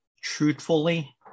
truthfully